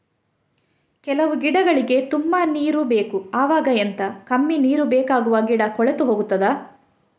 ಕೆಲವು ಗಿಡಗಳಿಗೆ ತುಂಬಾ ನೀರು ಬೇಕು ಅವಾಗ ಎಂತ, ಕಮ್ಮಿ ನೀರು ಬೇಕಾಗುವ ಗಿಡ ಕೊಳೆತು ಹೋಗುತ್ತದಾ?